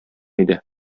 иде